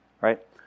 right